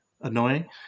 annoying